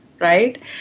right